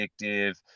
addictive